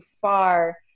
far